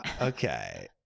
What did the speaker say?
okay